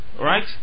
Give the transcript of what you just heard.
Right